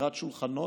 ואגרת שולחנות,